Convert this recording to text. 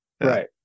Right